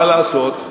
מה לעשות,